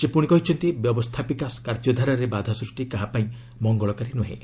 ସେ କହିଛନ୍ତି ବ୍ୟବସ୍ଥାପିକା କାର୍ଯ୍ୟଧାରାରେ ବାଧା ସୂଷ୍ଟି କାହା ପାଇଁ ମଙ୍ଗଳକାରୀ ନୁହେଁ